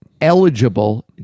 eligible